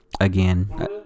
again